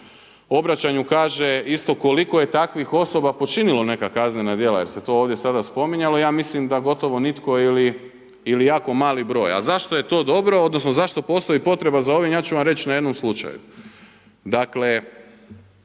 obraćanju kaže isto koliko je takvih osoba počinilo neka kaznena djela jer se to sad ovdje spominjalo, ja mislim da gotovo nitko ili jako mali broj. A zašto je to dobro odnosno zašto postoji potreba za ovim, ja ću vam reći na jednom slučaju.